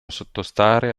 sottostare